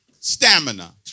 Stamina